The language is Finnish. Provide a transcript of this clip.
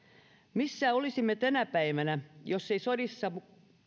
missä olisimme tänä päivänä jos ei sodissa